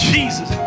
Jesus